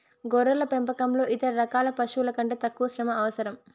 గొర్రెల పెంపకంలో ఇతర రకాల పశువుల కంటే తక్కువ శ్రమ అవసరం